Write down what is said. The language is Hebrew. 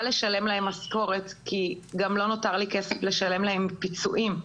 לשלם להן משכורת כי גם לא נותר לי כסף לשלם להן פיצויים.